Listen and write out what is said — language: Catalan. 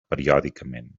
periòdicament